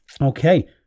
Okay